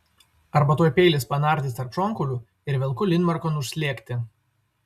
arba tuoj peilis panardys tarp šonkaulių ir velku linmarkon užslėgti